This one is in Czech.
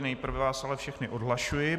Nejprve vás ale všechny odhlašuji.